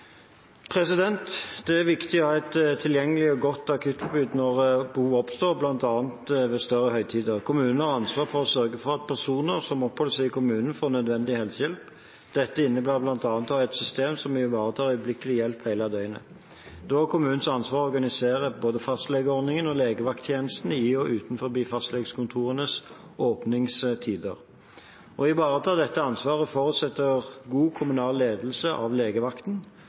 Det er viktig å ha et tilgjengelig og godt akuttilbud når behov oppstår – bl.a. ved større høytider. Kommunen har ansvar for å sørge for at personer som oppholder seg i kommunen, får nødvendig helsehjelp. Dette innebærer bl.a. å ha et system som ivaretar øyeblikkelig hjelp hele døgnet. Det er også kommunens ansvar å organisere både fastlegeordning og legevakttjeneste i og utenfor fastlegekontorenes åpningstider. Å ivareta dette ansvaret forutsetter god kommunal ledelse av legevakten.